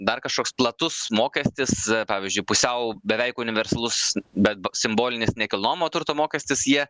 dar kažkoks platus mokestis pavyzdžiui pusiau beveik universalus bet simbolinis nekilnojamo turto mokestis jie